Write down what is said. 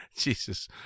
Jesus